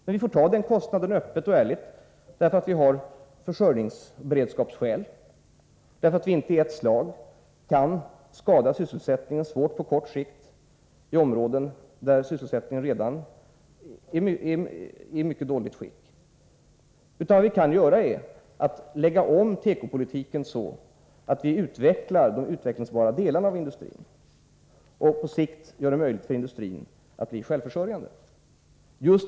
Men vi får ta den kostnaden öppet och ärligt, av försörjningsberedskapsskäl och därför att vi inte i ett slag på kort sikt svårt kan skada sysselsättningen i områden där sysselsättningsläget redan är mycket dåligt. Vad vi kan göra är att lägga om tekopolitiken så, att vi utvecklar de utvecklingsbara delarna av industrin och gör det möjligt för näringen att på sikt bli självförsörjande.